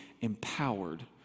empowered